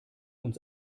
uns